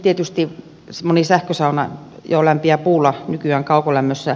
tietysti moni sähkösauna jo lämpiää puulla nykyään kaukolämmössä